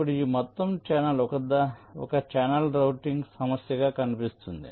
ఇప్పుడు ఈ మొత్తం ఛానెల్ ఒక ఛానెల్ రౌటింగ్ సమస్యగా కనిపిస్తుంది